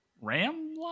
Ram